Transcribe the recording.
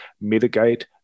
mitigate